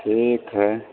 ठीक हइ